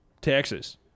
Texas